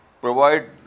provide